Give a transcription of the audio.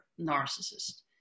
narcissist